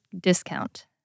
discount